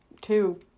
Two